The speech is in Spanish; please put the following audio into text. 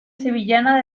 sevillana